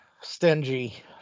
stingy